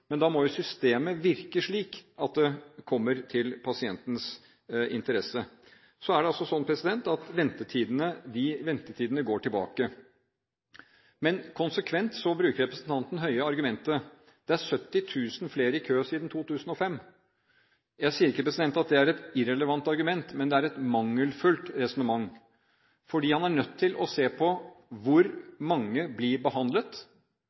Men da må jo systemet virke slik at det kommer til pasientens interesse. Det er også sånn at ventetidene går tilbake. Representanten Høie bruker konsekvent argumentet at det er 70 000 flere i kø siden 2005. Jeg sier ikke at det er et irrelevant argument, men det er et mangelfullt resonnement, for en er nødt til å se på hvor mange som blir behandlet,